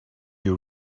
you